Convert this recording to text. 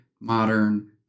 modern